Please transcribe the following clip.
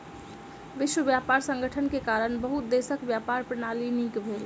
विश्व व्यापार संगठन के कारण बहुत देशक व्यापार प्रणाली नीक भेल